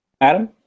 Adam